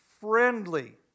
friendly